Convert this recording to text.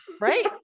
right